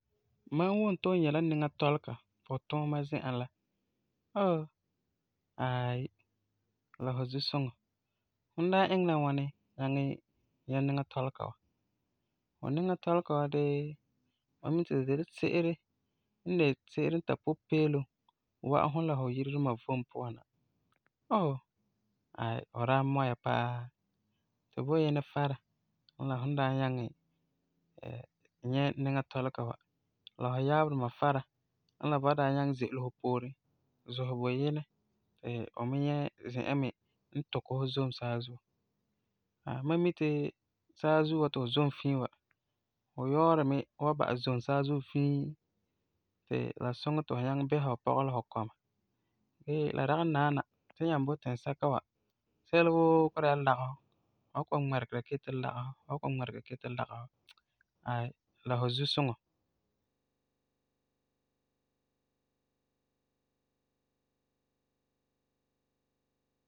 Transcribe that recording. Mam wum ti fu nyɛ la niŋa tɔlega fu tuuma zi'an la, oo, aayi, la fu zusuŋɔ. Fum daa iŋɛ la ŋwani nyaŋɛ nyɛ niŋa tɔlega wa? Fu niŋa tɔlega wa dee, mam mi ti la de la se'ere n de se'ere n tari pupeelum wa'am fum la fu yire duma vom puan na. Oo, aayi fu daa mɔ ya paa. Tu bo Yinɛ fara la fum daa nyaŋɛ nyɛ niŋa tɔlega wa, la fu yaabeduma fara n la ba daa nyaŋɛ ze'ele fu pooren, zusɛ bo Yinɛ ti fu me nyɛ zi'an me n tukɛ fu zom saazuo. Mam mi ti saazuo wa ti fu zom fii wa, fu yɔɔri me wan zom saazuo fii, ti la suŋɛ ti fu nyaŋɛ bisera fu pɔga la fu kɔma, gee la dagi naana, tu nyaa boi tinsɛka, sɛla woo kɔ'ɔm dɛna la lagefɔ, fu wan kɔ'ɔm ŋmɛregera ke ti lagefɔ, fu wan kɔ'ɔm ŋmɛregera ke ti lagefɔ. Aayi, la fu zusuŋɔ.